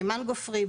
מימן גופרי,